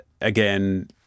again